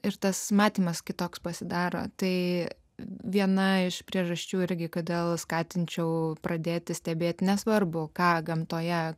ir tas matymas kitoks pasidaro tai viena iš priežasčių irgi kodėl skatinčiau pradėti stebėti nesvarbu ką gamtoje